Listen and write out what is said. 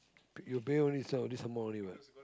you pay only sell at this amount only what